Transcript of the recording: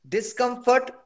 Discomfort